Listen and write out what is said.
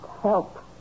Help